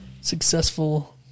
Successful